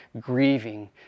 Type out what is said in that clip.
grieving